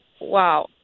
Wow